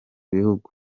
bihugu